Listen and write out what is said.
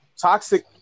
toxic